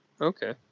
Okay